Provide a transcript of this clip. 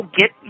get